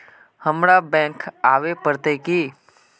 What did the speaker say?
हमरा बैंक आवे पड़ते की?